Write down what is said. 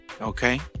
okay